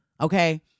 Okay